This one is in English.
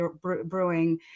brewing